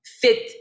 fit